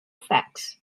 effects